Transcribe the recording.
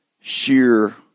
sheer